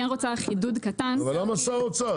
אבל למה צריך שר האוצר?